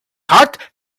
heart